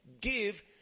Give